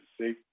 see